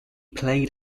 played